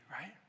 right